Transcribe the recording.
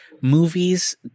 movies